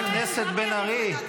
חברת הכנסת בן ארי,